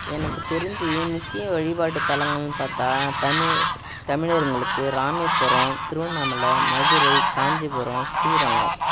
எனக்கு தெரிஞ்சு முக்கிய வழிபாட்டுத்தலங்கள்னு பார்த்தா தமிழ் தமிழருகளுக்கு ராமேஸ்வரம் திருவண்ணாமலை மதுரை காஞ்சிபுரம் ஸ்ரீரங்கம்